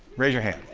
raise your hand.